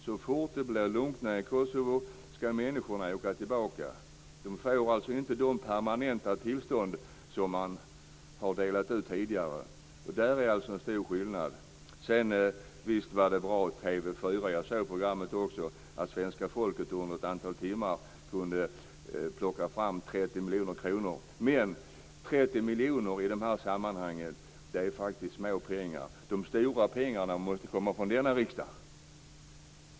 Så fort det blir lugnt nere i Kosovo skall människorna åka tillbaka. De får alltså inte de permanenta tillstånd som man har delat ut tidigare. Där är det en stor skillnad. Visst var det bra av TV 4 - också jag såg programmet - att ge svenska folket möjligheten att under ett antal timmar plocka fram 30 miljoner kronor. Men 30 miljoner är faktiskt små pengar i dessa sammanhang. De stora pengarna måste komma från denna riksdag.